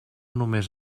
només